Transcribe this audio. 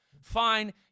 Fine